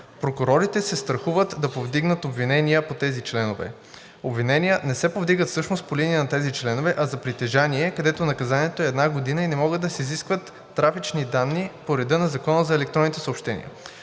Прокурорите се страхуват да повдигнат обвинения по тези членове. Обвинения не се повдигат всъщност по линия на тези членове, а за притежание, където наказанието е една година и не могат да се изискват трафични данни по реда на Закона за електронните съобщения.